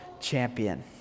champion